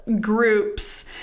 groups